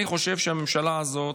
אני חושב שהממשלה הזאת,